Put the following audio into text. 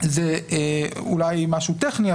וזה אולי משהו טכני,